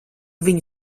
viņu